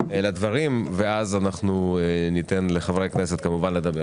לדברים ואז ניתן לחברי הכנסת לדבר.